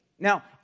Now